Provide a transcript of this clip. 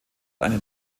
einen